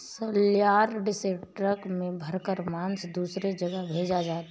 सलयार्ड से ट्रक में भरकर मांस दूसरे जगह भेजा जाता है